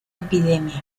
epidemia